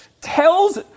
tells